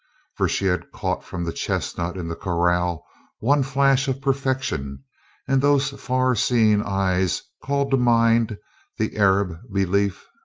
for she had caught from the chestnut in the corral one flash of perfection and those far-seeing eyes called to mind the arab belief.